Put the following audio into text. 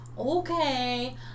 okay